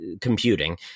computing